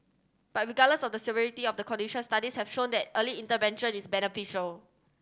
but regardless of the severity of the condition studies have shown that early intervention is beneficial